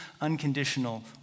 unconditional